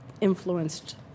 influenced